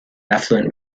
affluent